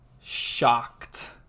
shocked